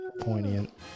poignant